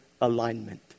alignment